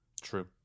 true